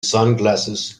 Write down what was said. sunglasses